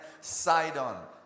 Sidon